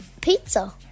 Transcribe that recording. Pizza